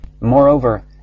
Moreover